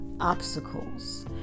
obstacles